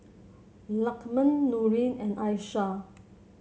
Lukman Nurin and Aishah